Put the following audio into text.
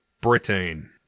Britain